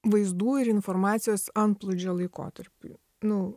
vaizdų ir informacijos antplūdžio laikotarpiu nu